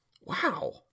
Wow